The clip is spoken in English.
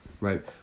right